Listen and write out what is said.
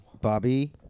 Bobby